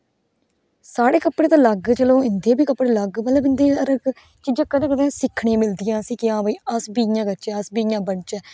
साढ़े कपडे़ ते अलग चलो इंदे बी कपडे़ अलग मतलब इंदे इये चीजां आसें गी सिक्खने गी मिलदियां हां भाई अस बी इयां करचै अस बी इयां बनचै